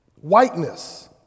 Whiteness